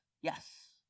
Yes